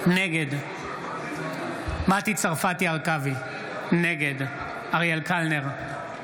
נגד מטי צרפתי הרכבי, נגד אריאל קלנר,